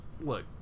Look